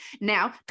now